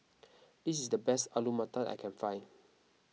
this is the best Alu Matar that I can find